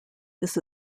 this